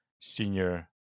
senior